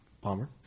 Palmer